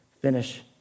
finish